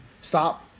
stop